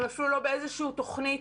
הם אפילו לא באיזושהי תוכנית,